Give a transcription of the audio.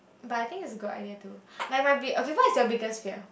but I think it's a good idea to like might be okay what is your biggest fear